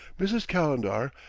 mrs. calendar,